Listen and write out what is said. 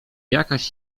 jakaś